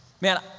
Man